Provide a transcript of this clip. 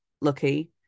lucky